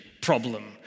problem